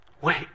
Wait